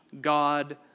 God